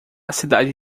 cidade